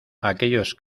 aquellos